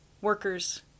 workers